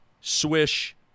swish